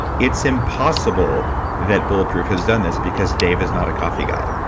it's impossible that bulletproof has done this, because dave is not a coffee guy.